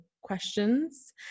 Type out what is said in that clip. questions